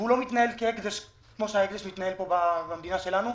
והוא לא מתנהל כהקדש כפי שההקדש מתנהל פה במדינה שלנו,